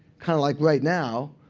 kind of like right now.